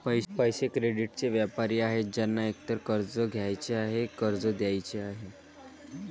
पैसे, क्रेडिटचे व्यापारी आहेत ज्यांना एकतर कर्ज घ्यायचे आहे, कर्ज द्यायचे आहे